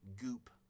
goop